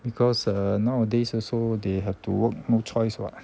because uh nowadays also they have to work no choice what